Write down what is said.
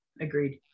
agreed